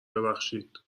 ببخشید